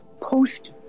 post